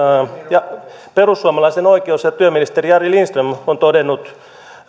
ja perussuomalainen oikeus ja työministeri jari lindström on todennut